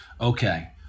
okay